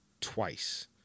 twice